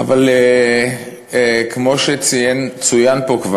אבל כמו שכבר צוין פה,